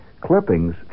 clippings